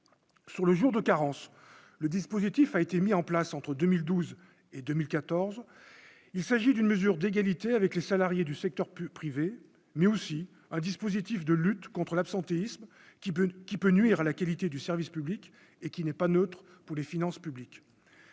sur le jour de carence, le dispositif a été mis en place entre 2012 et 2014, il s'agit d'une mesure d'égalité avec les salariés du secteur public, privé, mais aussi un dispositif de lutte contre l'absentéisme qui peut, qui peut nuire à la qualité du service public et qui n'est pas neutre pour les finances publiques,